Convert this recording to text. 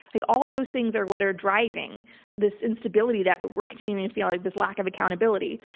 like all those things are what are driving this instability that we're continuing to feel like this lack of accountability.